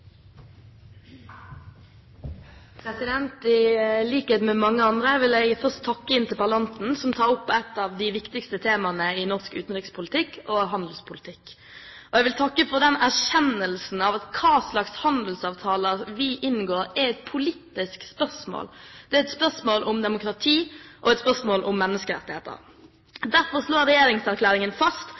likhet med mange andre vil jeg først takke interpellanten som tar opp et av de viktigste temaene i norsk utenrikspolitikk og handelspolitikk, og jeg vil takke for erkjennelsen av at hva slags handelsavtaler vi inngår, er et politisk spørsmål. Det er et spørsmål om demokrati og et spørsmål om menneskerettigheter. Derfor slår regjeringserklæringen fast